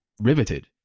riveted